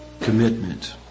Commitment